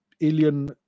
alien